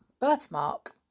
birthmark